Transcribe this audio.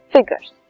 Figures